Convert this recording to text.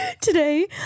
Today